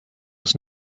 was